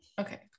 Okay